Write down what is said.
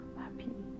happy